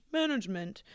management